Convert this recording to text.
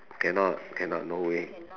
cannot cannot no way